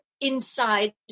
inside